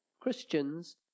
Christians